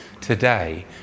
today